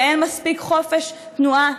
ואין מספיק חופש תנועה,